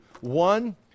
One